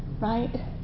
Right